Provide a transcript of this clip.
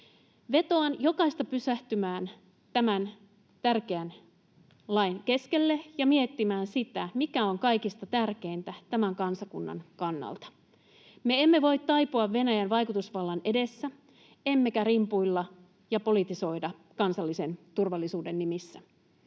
Vetoan jokaista pysähtymään tämän tärkeän lain keskelle ja miettimään sitä, mikä on kaikista tärkeintä tämän kansakunnan kannalta. Me emme voi taipua Venäjän vaikutusvallan edessä emmekä rimpuilla ja politisoida kansallisen turvallisuuden nimissä.